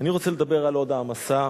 אני רוצה לדבר על עוד העמסה,